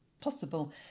possible